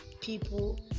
people